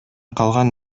калган